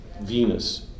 Venus